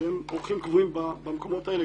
שהם אורחים קבועים במקומות האלה.